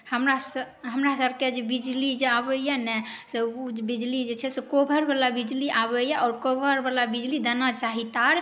हमरा स हमरा सभके जे बिजली जे आबैए ने से ओ जे बिजली जे छै से कोभर बला बिजली आबैए आओर कोभर बला बिजली देना चाही तार